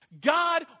God